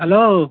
hello